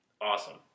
awesome